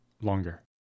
longer